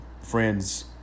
friends